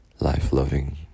life-loving